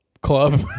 club